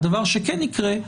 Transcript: הדבר שכן יקרה,